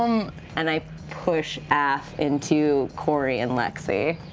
um and i push af into cori and lexi,